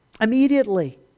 Immediately